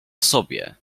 sobie